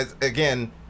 Again